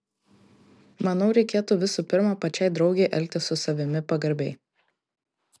manau reikėtų visų pirma pačiai draugei elgtis su savimi pagarbiai